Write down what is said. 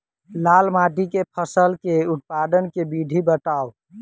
लाल माटि मे फसल केँ उत्पादन केँ विधि बताऊ?